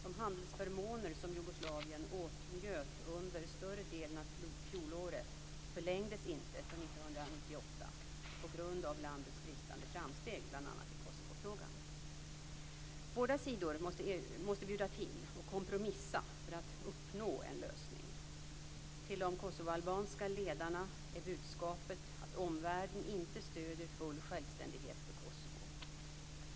De handelsförmåner som Jugoslavien åtnjöt under större delen av fjolåret förlängdes inte för 1998 på grund av landets bristande framsteg i bl.a. Kosovofrågan. Båda sidor måste bjuda till och kompromissa för att uppnå en lösning. Till de kosovoalbanska ledarna är budskapet att omvärlden inte stöder full självständighet för Kosovo.